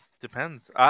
depends